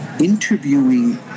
Interviewing